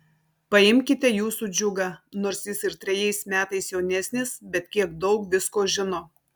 paimkite jūsų džiugą nors jis ir trejais metais jaunesnis bet kiek daug visko žino